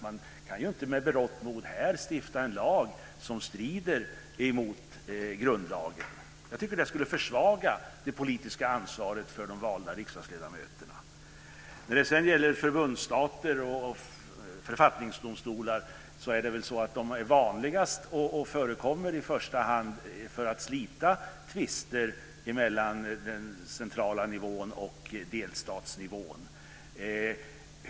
Man kan inte med berått mod stifta en lag här i riksdagen som strider mot grundlagen. Det skulle försvaga det politiska ansvaret för de valda riksdagsledamöterna. När det sedan gäller förbundsstater och författningsdomstolar förekommer de i första hand för att slita tvister mellan den centrala nivån och delstatsnivån.